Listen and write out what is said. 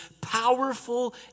powerful